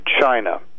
China